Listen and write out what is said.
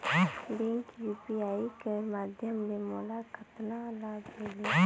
Bank UPI कर माध्यम ले मोला कतना लाभ मिली?